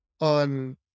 on